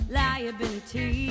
liability